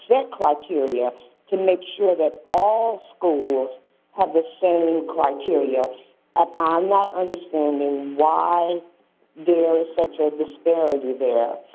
get criteria to make sure that all schools have the same criteria, and ah i'm um not understanding why there is such a disparity there.